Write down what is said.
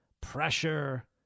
Pressure